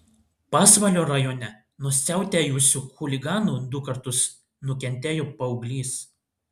pasvalio rajone nuo siautėjusių chuliganų du kartus nukentėjo paauglys